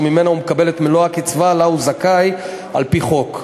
ממנה הוא מקבל את מלוא הקצבה שלה הוא זכאי על-פי חוק.